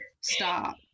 Stop